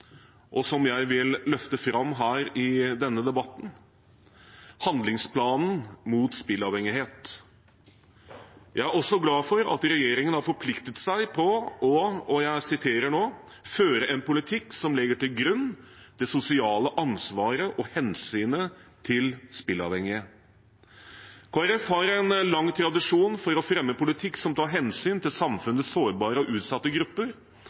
noe som jeg vil løfte fram her i denne debatten: handlingsplanen mot spilleavhengighet. Jeg er også glad for at regjeringen har forpliktet seg til å – og jeg siterer nå – «føre en politikk som legger til grunn det sosiale ansvaret og hensynet til spilleavhengige». Kristelig Folkeparti har en lang tradisjon for å fremme politikk som tar hensyn til samfunnets sårbare og utsatte grupper.